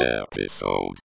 episode